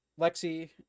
lexi